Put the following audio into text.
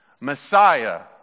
Messiah